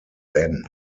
ben